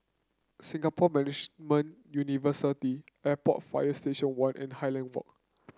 Singapore Management University Airport Fire Station One and Highland Walk